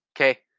okay